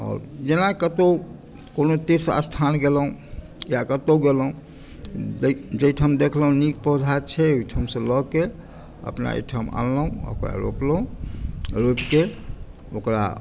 आओर जेना कतहु कोनो तीर्थ स्थान गेलहुँ या कतहु गेलहुँ जाहिठाम देखलहुँ नीक पौधा छै ओहिठामसँ लऽ कऽ अपना एहिठाम अनलहुँ आ ओकरा रोपलहुँ रोपि कऽ ओकरा